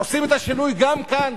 עושים את השינוי גם כאן,